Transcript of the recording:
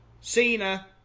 Cena